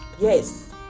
Yes